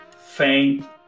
faint